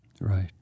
Right